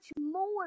more